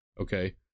okay